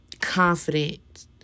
confident